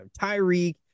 Tyreek